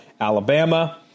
Alabama